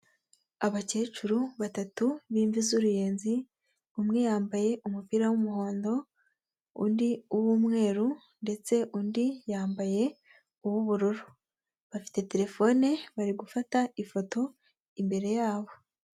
Abakecuru batatu b'imvi z'uruyenzi, umwe yambaye umupira w'umuhondo, undi uw'umweru ndetse undi yambaye uw'ubururu, bafite telefone bari gufata ifoto imbere yabo.